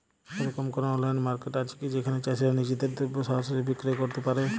এরকম কোনো online market আছে কি যেখানে চাষীরা নিজেদের দ্রব্য সরাসরি বিক্রয় করতে পারবে?